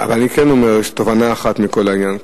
אבל אני כן אומר, יש תובנה אחת מכל העניין.